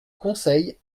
conseil